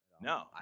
No